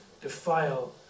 defile